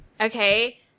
Okay